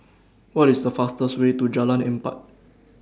What IS The fastest Way to Jalan Empat